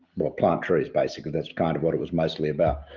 well plant trees basically that's kind of what it was mostly about.